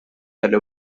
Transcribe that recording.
dalle